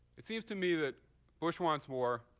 it seems to me that bush wants war,